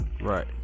right